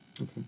Okay